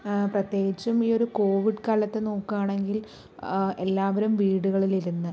പ്രത്യേകിച്ചും ഈ ഒരു കോവിഡ് കാലത്ത് നോക്കുകയാണെങ്കിൽ എല്ലാവരും വീടുകളിലിരുന്ന്